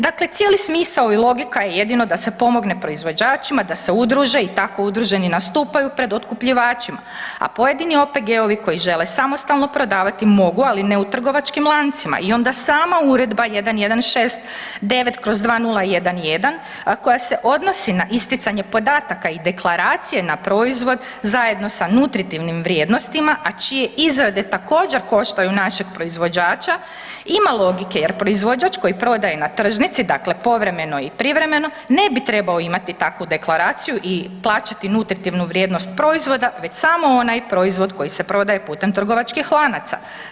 Dakle, cijeli smisao i logika je jedino da se pomogne proizvođačima da se udruže i tako udruženi nastupaju pred otkupljivačima a pojedini OPG-ovi koji žele samostalno prodavati mogu ali ne u trgovačkim lancima i onda sama Uredba 1169/2011 koja se odnosi na isticanje podataka i deklaracije na proizvod, zajedno sa nutritivnim vrijednostima a čije izrade također koštaju našeg proizvođača, ima logike jer proizvođač koji prodaje na tržnici, dakle povremeno i privremeno, ne bi trebao imati takvu deklaraciju i plaćat nutritivnu vrijednost proizvoda već samo onaj proizvod koji se prodaje putem trgovačkih lanaca.